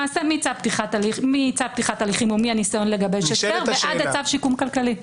מצו פתיחת הליכים או מהניסיון לגבש הסדר ועד צו שיקום כלכלי.